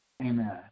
Amen